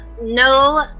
no